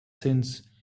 since